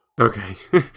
Okay